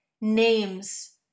names